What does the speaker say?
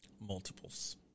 Multiples